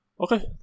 Okay